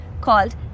called